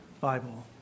Bible